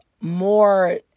more